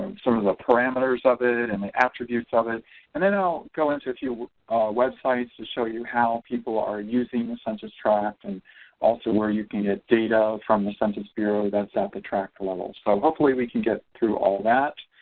sort of the parameters of it and the attributes of it and then i'll go into a few websites to show you how people are using the census tract and also where you can get data from the census bureau that's at the tract level. so hopefully we can get through all that